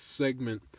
segment